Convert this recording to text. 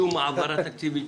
שום העברה תקציבית,